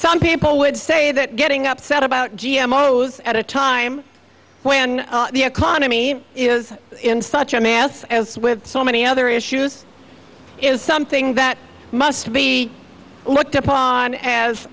some people would say that getting upset about g m o those at a time when the economy is in such a mess as with so many other issues is something that must be looked upon as